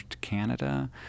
Canada